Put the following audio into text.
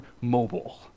mobile